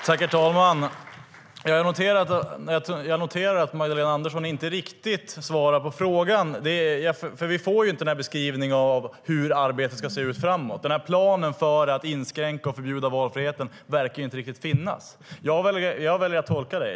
Herr talman! Jag noterar att Ulla Andersson inte riktigt svarar på frågan, för vi får ju ingen beskrivning av hur arbetet ska se ut framåt. Planen för att inskränka och förbjuda valfriheten verkar inte finnas. Jag väljer att tolka det så.